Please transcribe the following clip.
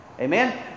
amen